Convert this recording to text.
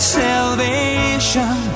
salvation